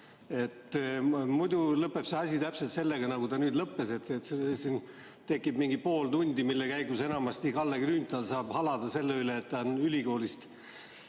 Muidu lõpeb see asi täpselt sellega, millega ta nüüd lõppes. Siin tekib pool tundi, mille käigus enamasti Kalle Grünthal saab halada selle üle, et ta on ülikoolist